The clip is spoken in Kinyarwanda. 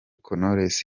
knowless